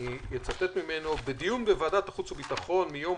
אני אצטט ממנו: "בדיון בוועדת החוץ והביטחון מיום